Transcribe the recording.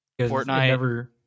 Fortnite